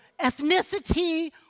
ethnicity